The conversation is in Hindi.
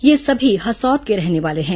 ये सभी हसौद के रहने वाले हैं